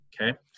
okay